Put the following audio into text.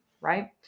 right